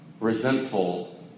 resentful